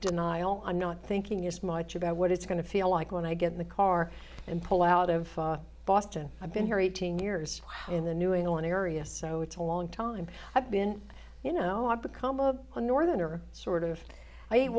denial i'm not thinking as much about what it's going to feel like when i get in the car and pull out of boston i've been here eighteen years in the new england area so it's a long time i've been you know i've become a northerner sort of